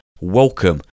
welcome